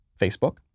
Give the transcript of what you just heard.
Facebook